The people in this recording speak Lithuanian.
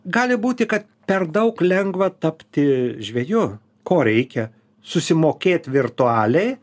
gali būti kad per daug lengva tapti žveju ko reikia susimokėt virtualiai